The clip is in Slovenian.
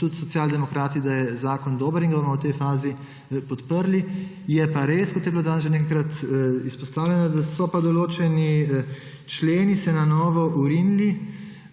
tudi Socialni demokrati, da je zakon dober in ga bomo v tej fazi podprli. Je pa res, kot je bilo danes že nekajkrat izpostavljeno, da so pa določeni členi se na novo vrinili